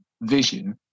vision